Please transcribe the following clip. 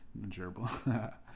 gerbil